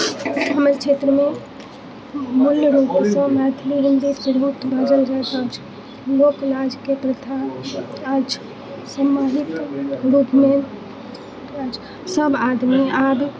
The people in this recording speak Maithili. हमर क्षेत्रमे मुख्य रूपसँ मैथिली हिन्दी तिरहुत जाइत अछि लोकलाजके प्रथा अछि समाहित रूपमे सभ आदमी आब